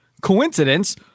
Coincidence